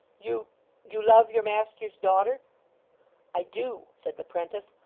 you you love your master's daughter i do said the prentice.